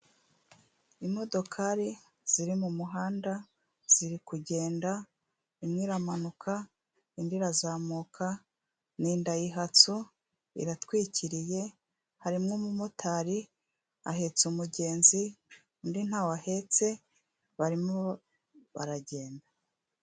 Imodokari ziri mu muhanda ziriku kugenda imwe iramanuka indi irazamuka, ni indayihatso, iratwikiriye, harimo umumotari ahetse umugenzi undi nta we ahetse barimo baragenda.